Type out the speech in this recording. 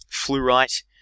fluorite